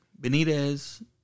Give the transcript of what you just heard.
Benitez